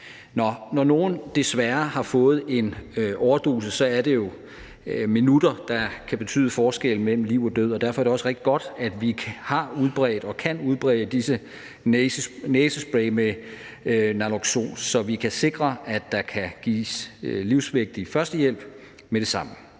Når nogle desværre har fået en overdosis, er det jo minutter, der kan betyde forskellen mellem liv og død. Og derfor er det også rigtig godt, at vi har udbredt og kan udbrede disse næsespray med naloxon, altså så vi kan sikre, at der kan gives livsvigtig førstehjælp med det samme.